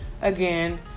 Again